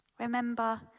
Remember